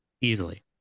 easily